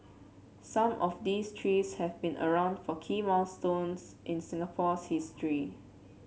some of these trees have been around for key milestones in Singapore's history